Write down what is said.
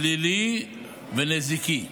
פלילי ונזיקי.